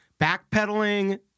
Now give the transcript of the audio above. backpedaling